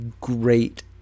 great